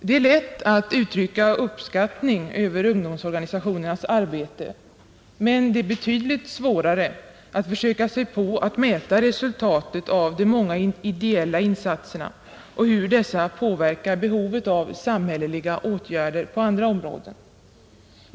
Det är lätt att uttrycka uppskattning av ungdomsorganisationernas arbete, men det är betydligt svårare att försöka sig på att mäta resultatet av de många ideella insatserna och hur dessa påverkar behovet av samhälleliga åtgärder på andra områden.